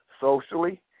socially